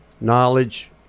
knowledge